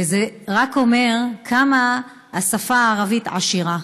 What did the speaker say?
וזה רק אומר כמה השפה הערבית עשירה.